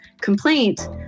complaint